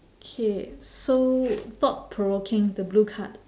K so thought provoking the blue card